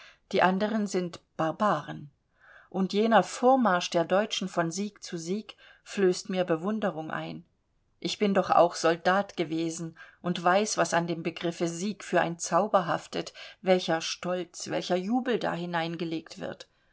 die anderen sind barbaren und jener vormarsch der deutschen von sieg zu sieg flößt mir bewunderung ein ich bin doch auch soldat gewesen und weiß was an dem begriffe sieg für ein zauber haftet welcher stolz welcher jubel da hineingelegt wird